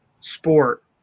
sport